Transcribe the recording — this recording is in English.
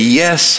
yes